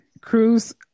Cruz